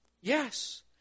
Yes